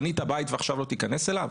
בנית בית ועכשיו לא תיכנס אליו?